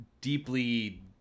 deeply